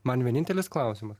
man vienintelis klausimas